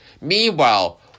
Meanwhile